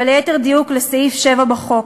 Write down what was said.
וליתר דיוק לסעיף 7 בחוק.